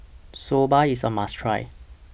Soba IS A must Try